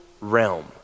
realm